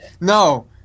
No